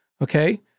okay